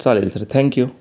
चालेल sir thank you